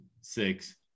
six